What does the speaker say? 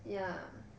ya